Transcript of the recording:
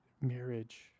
marriage